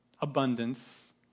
abundance